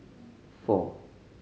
four